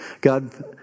God